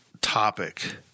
topic